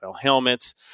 helmets